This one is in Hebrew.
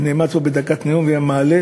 היה נעמד פה בדקת נאום ומעלה